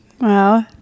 Wow